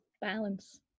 Balance